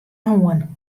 hân